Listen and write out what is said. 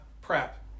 PrEP